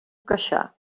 queixar